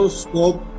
scope